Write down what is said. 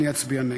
אני אצביע נגד.